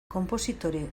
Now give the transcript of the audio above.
konpositore